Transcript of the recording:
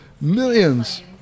Millions